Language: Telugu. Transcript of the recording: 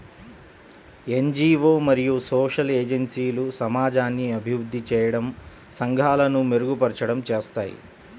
ఎన్.జీ.వో మరియు సోషల్ ఏజెన్సీలు సమాజాన్ని అభివృద్ధి చేయడం, సంఘాలను మెరుగుపరచడం చేస్తాయి